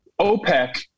OPEC